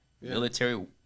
Military